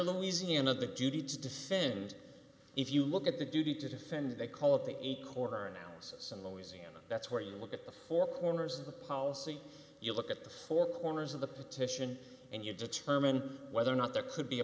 there louisiana that duty to defend if you look at the duty to defend they call it the corner analysis in louisiana that's where you look at the four corners of the policy you look at the four corners of the petition and you determine whether or not there could be a